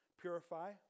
Purify